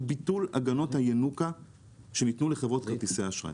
ביטול הגנות הינוקא שניתנו לחברות כרטיסי האשראי.